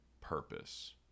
purpose